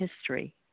history